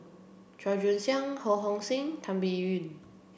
Chua Joon Siang Ho Hong Sing Tan Biyun